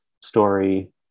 story